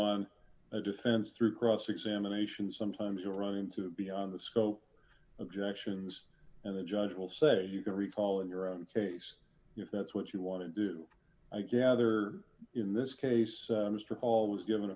on a defense through cross examination sometimes around into the scope objections and the judge will say you can recall in your own case if that's what you want to do i gather in this case mr hall was given